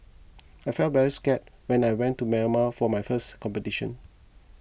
I felt very scared when I went to Myanmar for my first competition